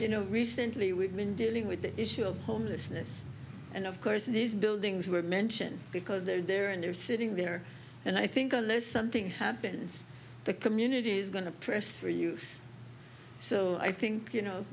you know recently we've been dealing with the issue of homelessness and of course these buildings were mentioned because they're there and you're sitting there and i think unless something happens the community is going to press for you so i think you know